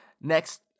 next